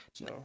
No